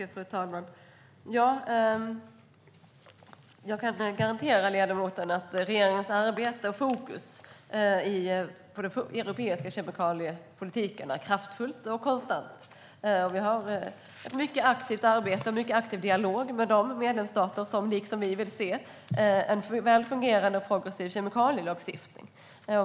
Fru talman! Jag kan garantera ledamoten att regeringens arbete och fokus i den europeiska kemikaliepolitiken är kraftfullt och konstant. Vi arbetar mycket aktivt med och har en aktiv dialog med de medlemsstater som liksom vi vill se en väl fungerande och progressiv kemikalielagstiftning.